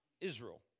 Israel